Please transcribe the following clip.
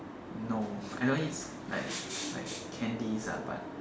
no I know it's like like candies ah but